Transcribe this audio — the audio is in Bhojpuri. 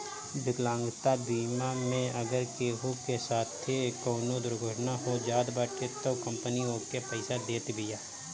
विकलांगता बीमा मे अगर केहू के साथे कवनो दुर्घटना हो जात बाटे तअ कंपनी ओके पईसा देत बिया